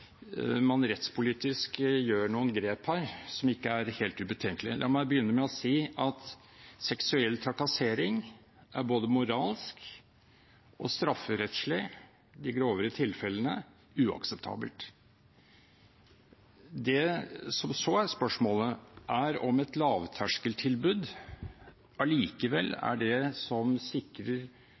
man rettspolitisk gjør noen grep her som ikke er helt ubetenkelige. La meg begynne med å si at seksuell trakassering – de grovere tilfellene – er både moralsk og strafferettslig uakseptabelt. Det som så er spørsmålet, er om et lavterskeltilbud likevel er det som sikrer